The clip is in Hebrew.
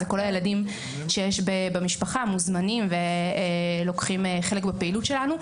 כל הילדים שיש במשפחה מוזמנים ולוקחים חלק בפעילות שלנו.